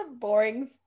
boring